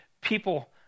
people